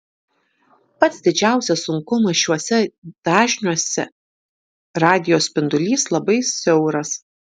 pats didžiausias sunkumas šiuose dažniuose radijo spindulys labai siauras